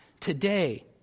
today